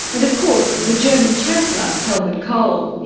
and of course the german chancellor, helmut kohl.